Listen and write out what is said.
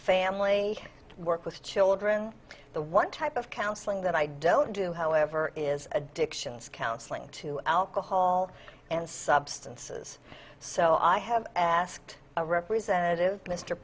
family work with children the one type of counseling that i don't do however is addictions counseling to alcohol and substances so i have asked a representative m